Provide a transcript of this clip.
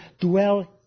dwell